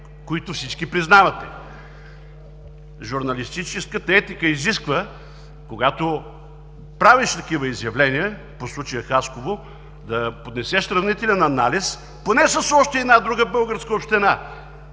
които всички познавате. Журналистическата етика изисква, когато правиш такива изявления по случая Хасково, да поднесеш сравнителен анализ поне с още една друга българска община,